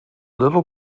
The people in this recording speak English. little